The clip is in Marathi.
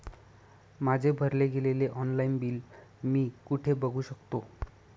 माझे भरले गेलेले ऑनलाईन बिल मी कुठे बघू शकतो?